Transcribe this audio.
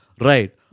Right